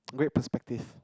great perspective